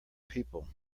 people